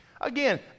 Again